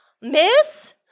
Miss